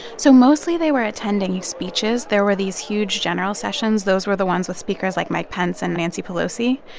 so mostly, they were attending speeches. there were these huge general sessions. those were the ones with speakers like mike pence and nancy pelosi.